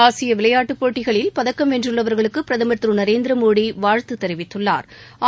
ஆசியவிளையாட்டுப் போட்டகளில் பதக்கம் வென்றுள்ளவர்குளுக்குபிரதமர் திருநரேந்திரமோடிவாழ்த்துதெரிவித்துள்ளா்